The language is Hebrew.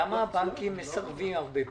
למה הבנקים מסרבים הרבה פעמים?